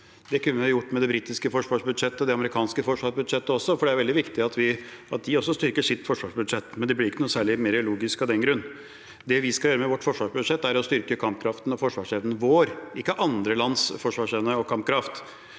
Det kunne vi gjort med det britiske forsvarsbudsjettet og det amerikanske forsvarsbudsjettet også, for det er jo veldig viktig at de også styrker sitt forsvarsbudsjett, men det blir ikke noe særlig mer logisk av den grunn. Det vi skal gjøre med vårt forsvarsbudsjett, er å styrke kampkraften og forsvarsevnen vår – ikke andre lands forsvarsevne og kampkraft.